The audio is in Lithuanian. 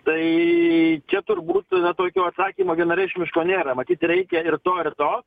tai čia turbūt tokio atsakymo vienareikšmiško nėra matyt reikia ir to ir to